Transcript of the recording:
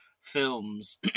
films